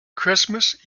christmas